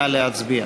נא להצביע.